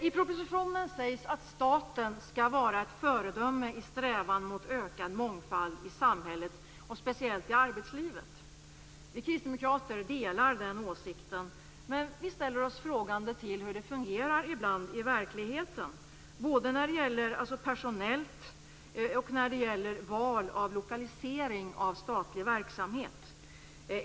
I propositionen sägs att staten skall vara ett föredöme i strävan mot ökad mångfald i samhället och speciellt i arbetslivet. Vi kristdemokrater delar den åsikten, men vi ställer oss frågande till hur det ibland fungerar i verkligheten, både personellt och i fråga om val av lokalisering av statlig verksamhet.